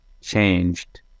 changed